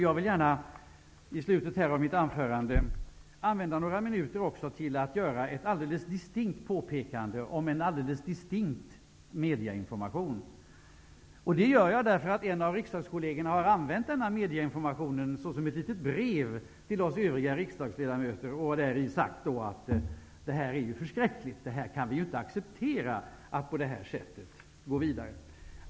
Jag vill gärna i slutet av mitt anförande använda några minuter till att göra ett alldeles distinkt påpekande om en alldeles distinkt mediainformation. Det gör jag därför att en av riksdagskollegerna har använt denna mediainformation såsom ett litet brev till oss övriga riksdagsledamöter, och därvid sagt att ''det här är ju förskräckligt, vi kan inte acceptera att på det här sättet gå vidare''.